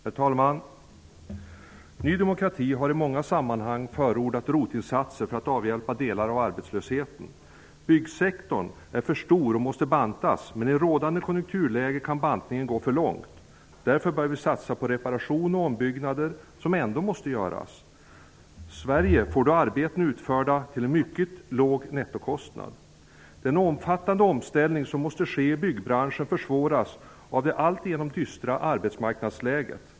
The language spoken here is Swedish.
Herr talman! Ny demokrati har i många sammanhang förordat ROT-insatser för att avhjälpa delar av arbetslösheten. Byggsektorn är för stor och måste bantas, men i rådande konjukturläge kan bantningen gå för långt. Därför bör vi satsa på reparationer och ombyggnader som ändå måste göras. Sverige får då arbeten utförda till en mycket låg nettokostnad. Den omfattande omställning som måste ske i byggbranschen försvåras av det alltigenom dystra arbetsmarknadsläget.